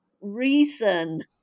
reason